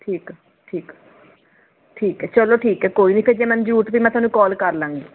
ਠੀਕ ਠੀਕ ਠੀਕ ਹੈ ਚਲੋ ਠੀਕ ਹੈ ਕੋਈ ਨਹੀਂ ਫਿਰ ਜੇ ਮੈਨੂੰ ਜ਼ਰੂਰਤ ਪਈ ਤਾਂ ਫਿਰ ਮੈਂ ਤੁਹਾਨੂੰ ਕੋਲ ਕਰ ਲਵਾਂਗੀ